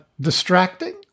distracting